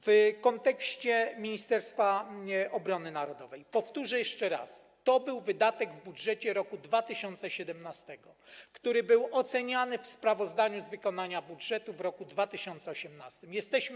W sprawie Ministerstwa Obrony Narodowej powtórzę jeszcze raz, że to był wydatek w budżecie roku 2017, który był oceniany w sprawozdaniu z wykonania budżetu w roku 2018.